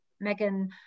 Megan